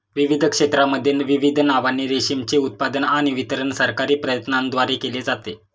विविध क्षेत्रांमध्ये विविध नावांनी रेशीमचे उत्पादन आणि वितरण सरकारी प्रयत्नांद्वारे केले जाते